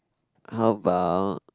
how about